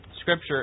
Scripture